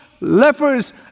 lepers